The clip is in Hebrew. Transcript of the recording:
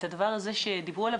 הדבר הזה שדיברו עליו,